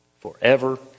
forever